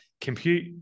compute